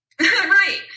Right